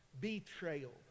betrayal